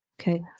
Okay